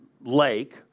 lake